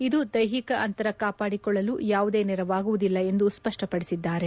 ಇದು ದೈಹಿಕ ಅಂತರ ಕಾಪಾಡಿಕೊಳ್ಳಲು ಯಾವುದೇ ನೆರವಾಗುವುದಿಲ್ಲ ಎಂದು ಸ್ವಷ್ಪಡಿಸಿದ್ದಾರೆ